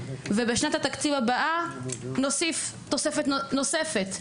בשנת התקציב הבאה נוסיף תוספת נוספת,